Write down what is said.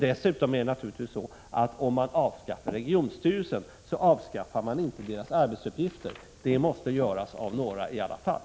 Dessutom vill jag framhålla att om man avskaffar regionstyrelsen, så avskaffar man inte dess arbetsuppgifter — de måste utföras av några i alla fall.